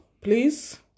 Please